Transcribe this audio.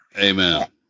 Amen